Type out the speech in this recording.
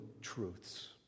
truths